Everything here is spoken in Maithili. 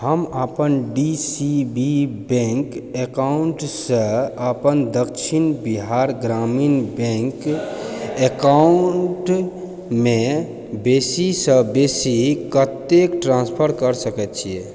हम अपन डी सी बी बैंक एकाउन्टसँ अपन दच्छिन बिहार ग्रामीण बैंक एकाउन्टमे बेसीसँ बेसी कतेक ट्रासफर कऽ सकै छिए